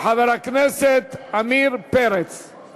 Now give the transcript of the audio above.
של חבר הכנסת עמיר פרץ.